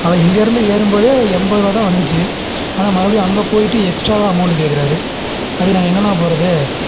அவர் இங்கே இருந்து ஏறும் போது எண்பதுரூவா தான் வந்துச்சு ஆனால் மறுபடியும் அங்கே போயிட்டு எக்ஸ்ட்ராவாக அமௌண்டு கேட்குறாரு அதுக்கு நாங்கள் எங்கண்ணா போகிறது